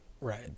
Right